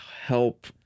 help